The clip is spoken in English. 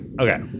Okay